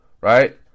Right